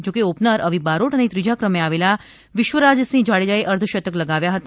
જોકે ઓપનર અવી બારોટ અને ત્રીજા ક્રમે આવેલા વિશ્વરાજસિંહ જાડેજાએ અર્ધશતક લગાવ્યા હતા